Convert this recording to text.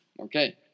Okay